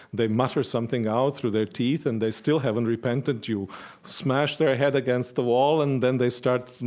they mutter something out through their teeth, and they still haven't repented. you smash their head against the wall, and then they start